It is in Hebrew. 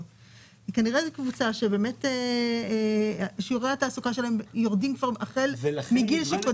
כנראה זו קבוצה שבאמת שיעורי התעסוקה שלה יורדים החל מגיל שקודם